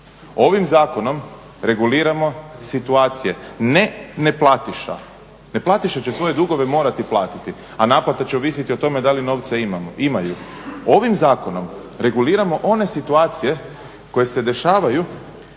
Ovim zakonom reguliramo situacije ne neplatiša, neplatiše će svoje dugove morati platiti, a naplata će ovisiti o tome da li novce imaju. Ovim zakonom reguliramo one situacije koje se dešavaju